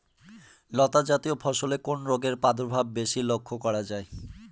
লতাজাতীয় ফসলে কোন রোগের প্রাদুর্ভাব বেশি লক্ষ্য করা যায়?